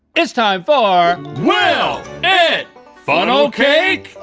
it's time for will it funnel cake?